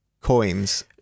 coins